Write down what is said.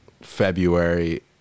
February